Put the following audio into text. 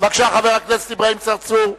בבקשה, חבר הכנסת אברהים צרצור.